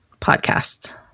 podcasts